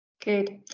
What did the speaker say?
Good